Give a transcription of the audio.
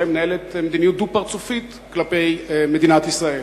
מנהלת מדיניות דו-פרצופית כלפי מדינת ישראל.